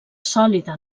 sòlida